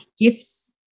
gifts